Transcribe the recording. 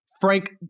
Frank